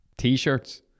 t-shirts